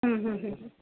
हूं हूं हूं